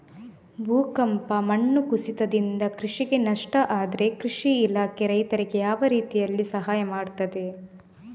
ಭೂಕಂಪ, ಮಣ್ಣು ಕುಸಿತದಿಂದ ಕೃಷಿಗೆ ನಷ್ಟ ಆದ್ರೆ ಕೃಷಿ ಇಲಾಖೆ ರೈತರಿಗೆ ಯಾವ ರೀತಿಯಲ್ಲಿ ಸಹಾಯ ಮಾಡ್ತದೆ?